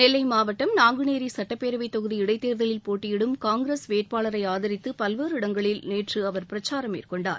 நெல்லை மாவட்டம் நாங்குனேரி சட்டப்பேரவை தொகுதி இடைத்தேர்தலில் போட்டியிடும் காங்கிரஸ் வேட்பாளரை ஆதரித்து பல்வேறு இடங்களில் நேற்று அவர் பிரச்சாரம் மேற்கொண்டார்